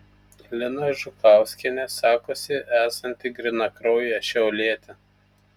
lina žukauskienė sakosi esanti grynakraujė šiaulietė